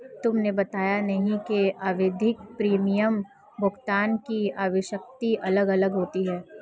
तुमने बताया नहीं कि आवधिक प्रीमियम भुगतान की आवृत्ति अलग अलग होती है